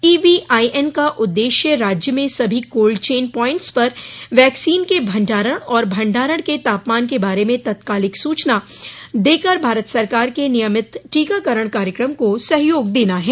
eVIN का उद्देश्य राज्य में सभी कोल्ड चेन प्वाइंट्स पर वैक्सीन के भण्डारण और भंडारण के तापमान के बारे में तात्कालिक सूचना देकर भारत सरकार के नियमित टीकारण कार्यक्रम को सहयोग देना है